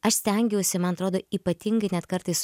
aš stengiausi man atrodo ypatingai net kartais